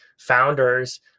founders